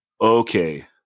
okay